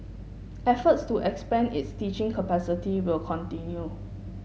efforts to expand its teaching capacity will continue